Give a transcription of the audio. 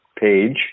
Page